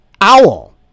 Owl